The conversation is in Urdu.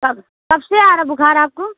کب کب سے آ رہا ہے بُخار آپ کو